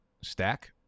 stack